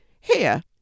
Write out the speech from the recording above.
Here